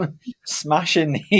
smashing